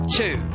two